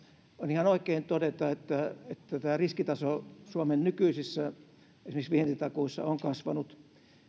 ihan oikein todeta että tämä riskitaso suomen nykyisissä esimerkiksi vientitakuissa on kasvanut